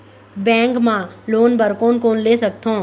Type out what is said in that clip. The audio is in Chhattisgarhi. बैंक मा लोन बर कोन कोन ले सकथों?